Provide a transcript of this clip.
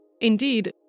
Indeed